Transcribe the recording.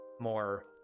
more